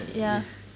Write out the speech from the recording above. ya